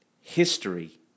history